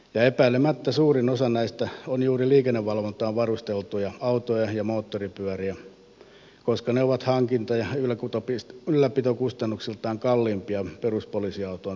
epäilemättä suurin osa näistä on juuri liikennevalvontaan varusteltuja autoja ja moottoripyöriä koska ne ovat hankinta ja ylläpitokustannuksiltaan kalliimpia peruspoliisiautoon verrattuna